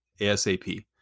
ASAP